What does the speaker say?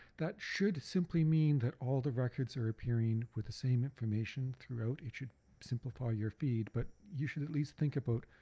that should simply mean that all the records are appearing with the same information throughout, it should simplify your feed but you should at least think about